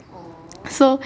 so